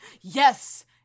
Yes